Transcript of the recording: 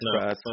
No